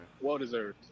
Well-deserved